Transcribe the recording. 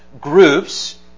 groups